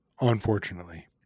unfortunately